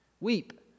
Weep